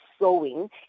sowing